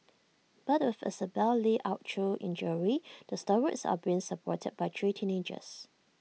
but with Isabelle li out through injury the stalwarts are being supported by three teenagers